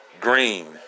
Green